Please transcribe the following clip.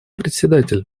председатель